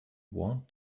want